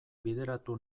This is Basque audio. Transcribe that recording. bideratu